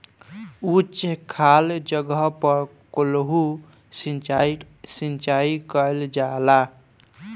उच्च खाल जगह पर कोल्हू सिचाई कइल जाला